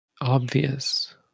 obvious